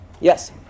Yes